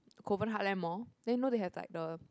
Kovan Heartland Mall then you know they've like the